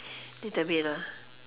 little bit